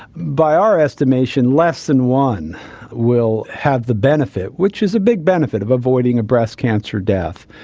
by our estimation less than one will have the benefit, which is a big benefit, of avoiding a breast cancer death.